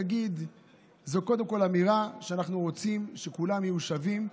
זו קודם כל אמירה שאנחנו רוצים שכולם יהיו שווים,